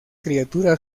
criatura